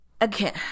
Again